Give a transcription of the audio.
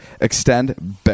Extend